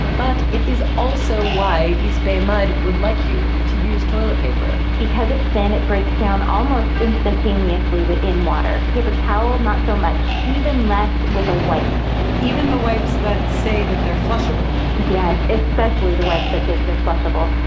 but it is also why east bay mud would like you to use toilet paper because it's thin it breaks down almost instantaneously in water. a paper towel, not so much. even less with a wipe even the wipes that say that they're flushable? yes. especially the wipes that say that they're flushable.